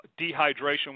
dehydration